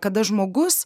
kada žmogus